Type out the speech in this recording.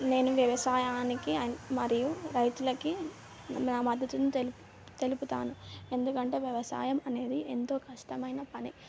నేను వ్యవసాయానికి అండ్ మరియు రైతులకి నా మద్దతును తెలుపు తెలుపుతాను ఎందుకంటే వ్యవసాయం అనేది ఎంతో కష్టమైన పని